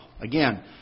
again